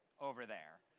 over there.